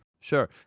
Sure